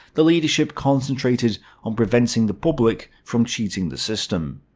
the leadership concentrated on preventing the public from cheating the system.